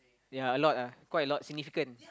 ya a lot ah quite a lot significant